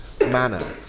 manner